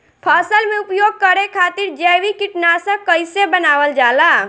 फसल में उपयोग करे खातिर जैविक कीटनाशक कइसे बनावल जाला?